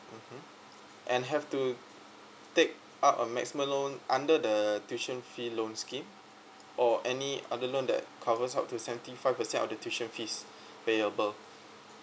mmhmm and have to take up a maximum loan under the tuition fee loans scheme or any other loan that covers up to seventy five percent of the tuition fees payable